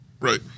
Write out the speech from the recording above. Right